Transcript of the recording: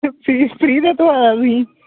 free दा थ्होआ दा हा तुसेंगी